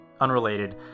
Unrelated